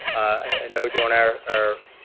i know during our our